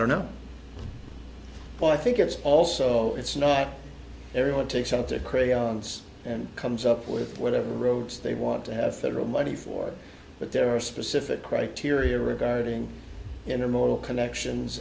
don't know but i think it's also it's not everyone takes time to crayons and comes up with whatever roads they want to have federal money for but there are specific criteria regarding animal connections